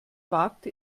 wagte